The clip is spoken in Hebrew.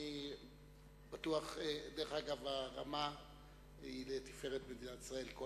אני בטוח, דרך אגב, הרמה היא לתפארת מדינת ישראל.